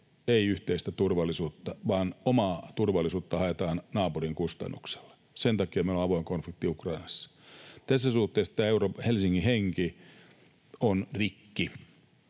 ole yhteistä turvallisuutta, vaan omaa turvallisuutta, jota haetaan naapurin kustannuksella, ja sen takia meillä on avoin konflikti Ukrainassa. Tässä suhteessa tämä Helsingin henki on rikki,